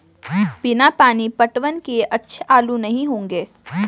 बिना पानी पटवन किए अच्छे आलू नही होंगे